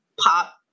pop